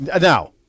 Now